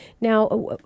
Now